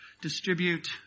distribute